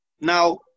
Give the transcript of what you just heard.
Now